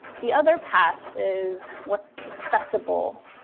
the other path is what's acceptable?